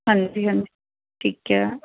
ਹਾਂਜੀ ਹਾਂਜੀ ਠੀਕ ਹੈ